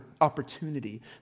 opportunity